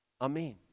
Amen